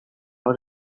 hor